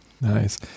Nice